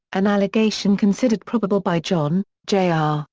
an allegation considered probable by john, jr, ah